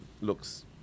looks